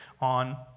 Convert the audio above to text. on